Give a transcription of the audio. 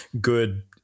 good